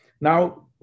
Now